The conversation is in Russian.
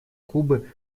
кубы